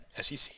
SEC